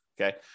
Okay